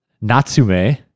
Natsume